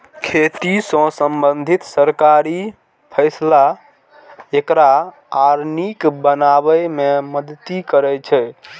खेती सं संबंधित सरकारी फैसला एकरा आर नीक बनाबै मे मदति करै छै